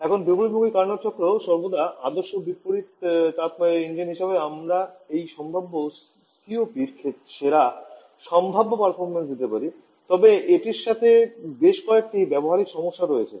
এখন বিপরীতমুখী কার্নোট চক্র সবচেয়ে আদর্শ বিপরীত তাপ ইঞ্জিন হিসাবে আমরা এই সম্ভাব্য সিওপির সেরা সম্ভাব্য পারফরম্যান্স দিতে পারি তবে এটির সাথে বেশ কয়েকটি ব্যবহারিক সমস্যা রয়েছে